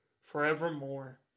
forevermore